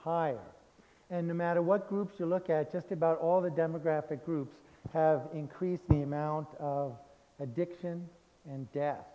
higher and the matter what groups you look at just about all the demographic groups have increased the amount of addiction and death